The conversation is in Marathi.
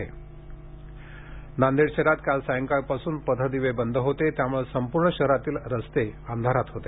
वीज गल नांदेड शहरात काल सायंकाळपासून पथ दिवे बंद होते त्यामुळे संपूर्ण शहरातील रस्ते अंधारात होते